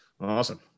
Awesome